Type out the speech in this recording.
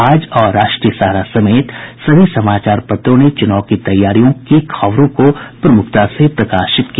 आज और राष्ट्रीय सहारा समेत सभी समाचार पत्रों ने चुनाव की तैयारियों की खबरों को प्रमुखता से प्रकाशित किया